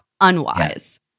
unwise